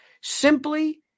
Simply